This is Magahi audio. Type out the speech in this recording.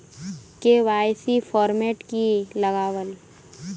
के.वाई.सी फॉर्मेट की लगावल?